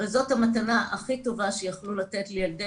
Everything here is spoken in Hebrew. אבל זאת המתנה הכי טובה שיכלו לתת לילדי